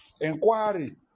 Inquiry